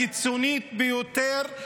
הקיצונית ביותר,